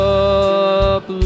up